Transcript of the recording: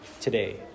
today